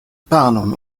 panon